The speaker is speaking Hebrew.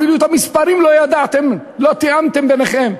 אפילו את המספרים לא ידעתם, לא תיאמתם ביניכם.